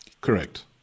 Correct